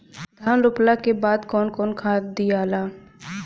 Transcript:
धान रोपला के बाद कौन खाद दियाला?